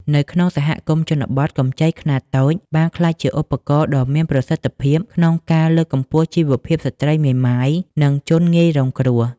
នៅក្នុងសហគមន៍ជនបទ កម្ចីខ្នាតតូចបានក្លាយជាឧបករណ៍ដ៏មានប្រសិទ្ធភាពក្នុងការលើកកម្ពស់ជីវភាពស្ត្រីមេម៉ាយ និងជនងាយរងគ្រោះ។